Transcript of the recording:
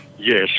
Yes